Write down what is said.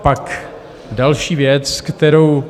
Pak další věc, kterou...